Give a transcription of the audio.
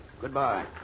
Goodbye